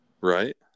Right